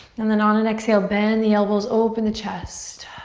and then on an exhale, bend the elbows, open the chest.